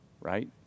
right